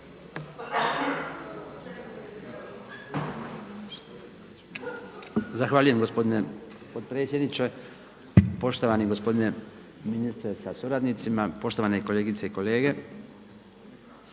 Zahvaljujem gospodine potpredsjedniče. Poštovani gospodine ministre sa suradnicima, poštovane kolegice i kolege